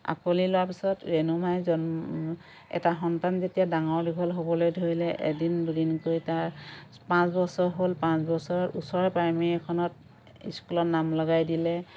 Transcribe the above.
আকোঁৱালি লোৱা পিছত ৰেণুমাই এটা সন্তান যেতিয়া ডাঙৰ দীঘল হ'বলৈ ধৰিলে এদিন দুদিনকৈ তাৰ পাঁচবছৰ হ'ল পাঁচবছৰত ওচৰৰ প্ৰাইমেৰী এখনত স্কুলত নাম লগাই দিলে